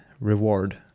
reward